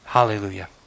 hallelujah